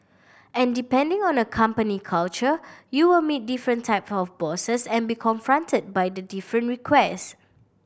and depending on a company culture you will meet different type of bosses and be confronted by the different requests